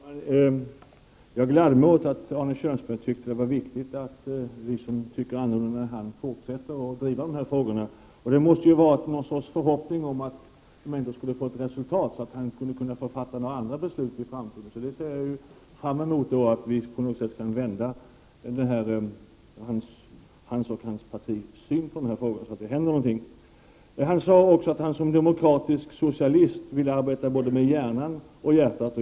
Herr talman! Jag gläder mig åt att Arne Kjörnsberg ansåg att det var viktigt att vi som tycker annorlunda fortsätter att driva dessa frågor. Det måsta vara i någon sorts förhoppning om att det skulle leda till resultat, så att han skall kunna fatta andra beslut i framtiden. Jag ser fram emot att kunna vända hans och hans partis syn på dessa frågor så att det händer någonting. Arne Kjörnsberg sade också att han som socialdemokratisk socialist vill arbeta med både hjärnan och hjärtat.